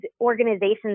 organizations